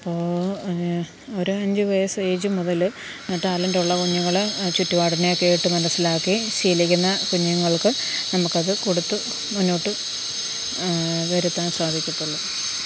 അപ്പോൾ ഒരു അഞ്ച് വയസ്സ് ഏജ് മുതല് ടാലന്റ് ഉള്ള കുഞ്ഞുങ്ങള് ചുറ്റുപാടിനെ കേട്ട് മനസ്സിലാക്കി ശീലിക്കുന്ന കുഞ്ഞുങ്ങള്ക്ക് നമുക്ക് അത് കൊടുത്ത് മുന്നോട്ട് വരുത്താന് സധികത്തുള്ളു